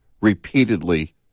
repeatedly